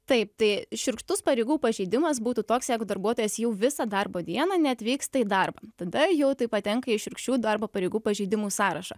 taip tai šiurkštus pareigų pažeidimas būtų toks jeigu darbuotojas jau visą darbo dieną neatvyksta į darbą tada jau tai patenka į šiurkščių darbo pareigų pažeidimų sąrašą